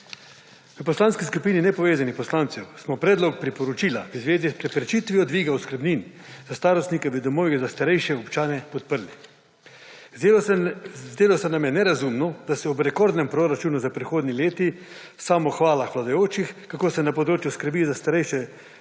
V Poslanski skupini Nepovezanih poslancev smo predlog priporočila v zvezi s preprečitvijo dviga oskrbnin za starostnike v domovih za starejše občane podprli. Zdelo se nam je nerazumno, da se ob rekordnem proračunu za prihodnji leti samohvala vladajočih, kako se na področju skrbi za starejše stvari